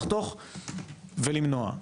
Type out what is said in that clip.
לחתוך ולמנוע.